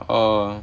err